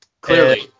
Clearly